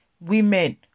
women